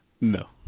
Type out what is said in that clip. No